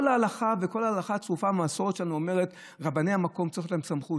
כל ההלכה הצרופה והמסורת שלנו אומרות שלרבני המקום צריכה להיות סמכות.